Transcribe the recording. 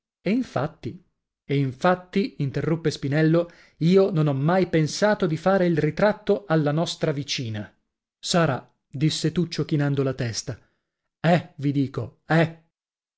e infatti infatti interruppe spinello io non ho mai pensato di fare il ritratto alla nostra vicina sarà disse tuccio chinando la testa è vi dico è